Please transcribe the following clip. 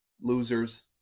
Losers